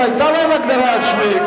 שהיתה להם הגדרה עצמית,